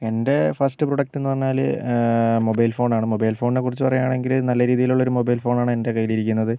എൻ്റെ first product എന്നു പറഞ്ഞാൽ മൊബൈൽ ഫോണാണ് മൊബൈൽ ഫോണിനെ കുറിച്ച് പറയാണെങ്കിൽ നല്ല രീതിയിലുള്ളൊരു മൊബൈൽ ഫോണാണ് എൻ്റെ കയ്യിലിരിക്കുന്നത്